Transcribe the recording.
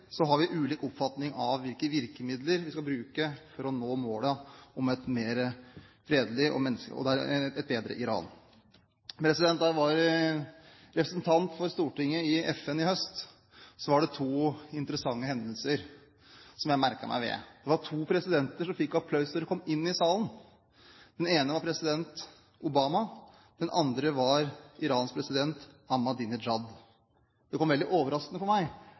har vi ulike oppfatninger av hvilke virkemidler vi skal bruke for å nå målene om et mer fredelig og bedre Iran. Da jeg var representant fra Stortinget i FN i høst, var det to interessante hendelser jeg merket meg. Det var to presidenter som fikk applaus da de kom inn i salen. Den ene var president Obama. Den andre var Irans president Ahmadinejad. Det kom veldig overraskende på meg